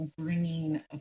bringing